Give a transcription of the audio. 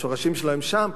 השורשים שלו הם שם,